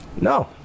no